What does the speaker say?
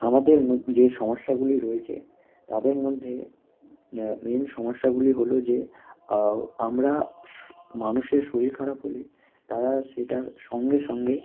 আমাদের মধ্যে যে সমস্যাগুলি রয়েছে তাদের মধ্যে মেন সমস্যাগুলি হলো যে আমরা মানুষের শরীর খারাপ হলে তারা সেটার সঙ্গে সঙ্গে